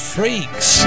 Freaks